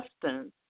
substance